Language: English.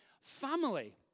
Family